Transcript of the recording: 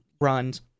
runs